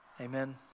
Amen